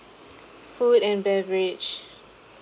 food and beverage